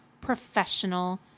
professional